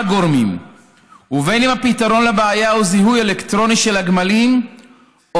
גורמים ובין אם הפתרון לבעיה הוא זיהוי אלקטרוני של הגמלים או